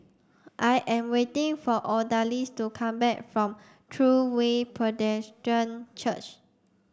I am waiting for Odalis to come back from True Way Presbyterian Church